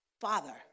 father